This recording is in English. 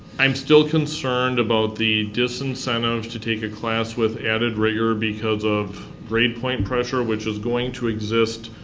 i'm still concerned about the disincentive to take a class with added rigor because of grade-point pressure, which is going to exist,